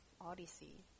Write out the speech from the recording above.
Odyssey